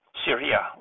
Syria